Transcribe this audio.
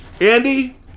Andy